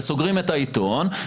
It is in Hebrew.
וסוגרים את העיתון,